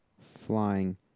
flying